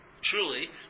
truly